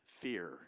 fear